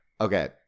Okay